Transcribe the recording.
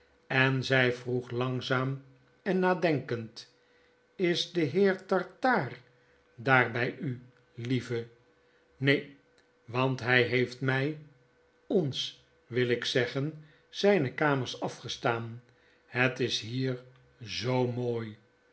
en zy vroeg langzaam en nadenkend js de heer tartaar daar bij u lieve neen want hy heeft mij ons wil ik zeggen zyne kamers afgestaan het is hier zoo mooi